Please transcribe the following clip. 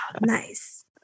nice